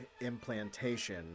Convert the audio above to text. implantation